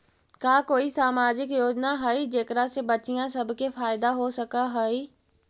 का कोई सामाजिक योजना हई जेकरा से बच्चियाँ सब के फायदा हो सक हई?